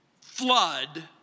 flood